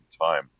time